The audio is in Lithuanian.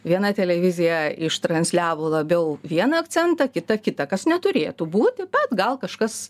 viena televizija iš transliavo labiau vieną akcentą kita kita kas neturėtų būti bet gal kažkas